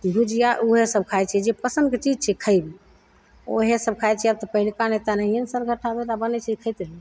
भुजिया उहे सब खाय छियै जे पसन्दके चीज छियै खेबय ओहे सब खाय छियै आब तऽ